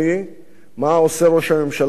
מה עושה ראש הממשלה בעניין הזה: